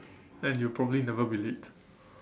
then you'll probably never be late